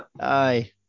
Aye